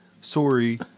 Sorry